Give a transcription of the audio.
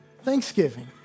Thanksgiving